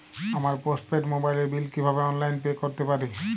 আমার postpaid মোবাইলের bill কীভাবে অনলাইনে পে করতে পারি?